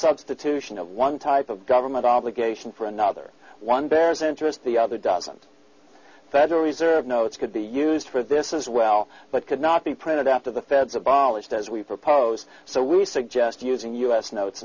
substitution of one type of government obligation for another one bears interest the other doesn't federal reserve notes could be used for this as well but could not be printed after the feds abolished as we proposed so we suggest using us notes